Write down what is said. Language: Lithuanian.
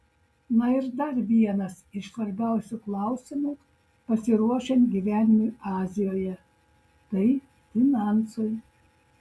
na ir dar vienas iš svarbiausių klausimų pasiruošiant gyvenimui azijoje tai finansai